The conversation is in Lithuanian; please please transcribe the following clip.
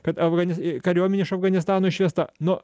kad afgani kariuomenė iš afganistano išvesta nu